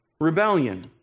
Rebellion